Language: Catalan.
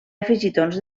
afegitons